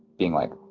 being like,